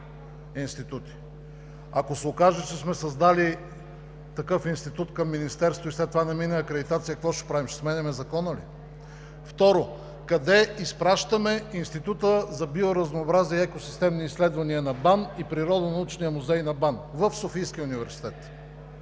Ако се окаже, че сме създали такъв институт към Министерството и след това не мине акредитация, какво ще правим – ще сменяме закона ли? Второ, къде изпращаме Института за биоразнообразие и екосистемни изследвания и Природонаучния музей на БАН? В Софийския университет!